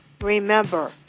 Remember